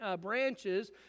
branches